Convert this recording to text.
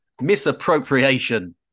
Misappropriation